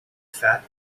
fat